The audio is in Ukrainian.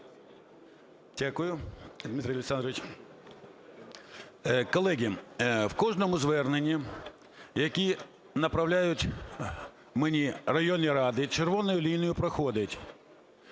Дякую, Дмитро Олександрович. Колеги, в кожному зверненні, які направляють мені районні ради, червоною лінією проходить: